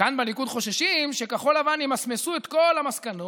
כאן בליכוד חוששים שכחול לבן ימסמסו את כל המסקנות,